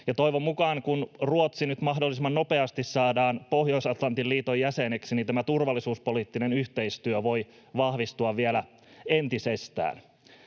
toivon mukaan, kun Ruotsi nyt mahdollisimman nopeasti saadaan Pohjois-Atlantin liiton jäseneksi, tämä turvallisuuspoliittinen yhteistyö voi vahvistua vielä entisestään.